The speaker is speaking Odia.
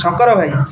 ଶଙ୍କର ଭାଇ